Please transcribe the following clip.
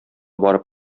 барып